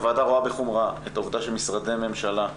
הוועדה רואה בחומרה את העובדה שמשרדי ממשלה,